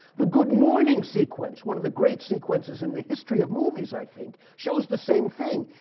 the good morning sequence one of the great sequences in the history of movies, i think shows the same thing.